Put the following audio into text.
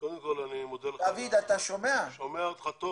זאת אומרת שלא